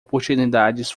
oportunidades